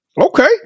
Okay